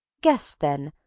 guess, then,